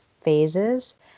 phases